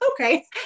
Okay